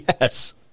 Yes